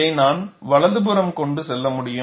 இதை நான் வலது புறம் கொண்டு செல்ல முடியும்